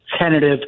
tentative